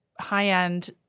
high-end